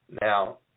Now